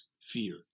fear